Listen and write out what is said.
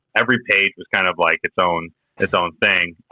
every page was kind of like its own its own thing.